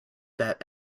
that